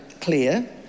clear